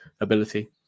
ability